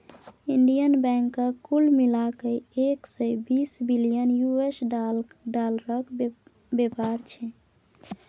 Indian बैंकक कुल मिला कए एक सय बीस बिलियन यु.एस डालरक बेपार छै